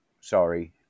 sorry